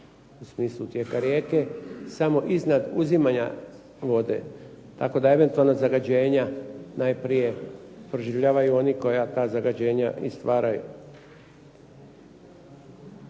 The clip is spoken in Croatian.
u smislu tijeka rijeke, samo iznad uzimanja vode. Tako da eventualno zagađenja najprije proživljavaju oni koji ta zagađenja i stvaraju.